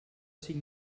cinc